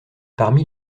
parmi